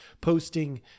posting